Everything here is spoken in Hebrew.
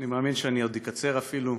אני מאמין שעוד אקצר אפילו,